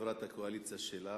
חברת הקואליציה שלך,